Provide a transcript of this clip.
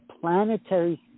planetary